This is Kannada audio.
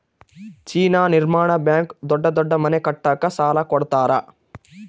ಚೀನಾ ನಿರ್ಮಾಣ ಬ್ಯಾಂಕ್ ದೊಡ್ಡ ದೊಡ್ಡ ಮನೆ ಕಟ್ಟಕ ಸಾಲ ಕೋಡತರಾ